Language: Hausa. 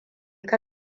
ka